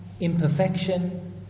imperfection